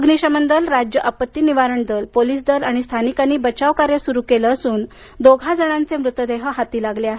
अग्निशमन दल राज्य आपत्ती निवारण दल पोलीस दल आणि स्थानिकांनी बचाव कार्य सुरू केले असून दोघा जणांचे मृतदेह हाती लागले आहेत